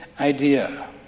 idea